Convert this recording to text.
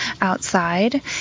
Outside